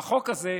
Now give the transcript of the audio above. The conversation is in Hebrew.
והחוק הזה,